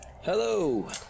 hello